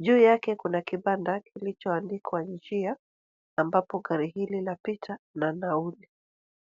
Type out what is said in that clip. Juu yake kuna kibanda kilichoandikwa njia ambapo gari hilo lapita na nauli.